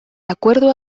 acuerdo